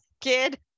kid